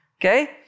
Okay